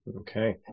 Okay